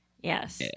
Yes